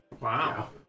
Wow